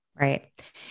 Right